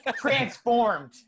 transformed